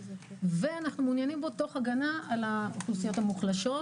ואנחנו מעוניינים בו תוך הגנה על האוכלוסיות המוחלשות,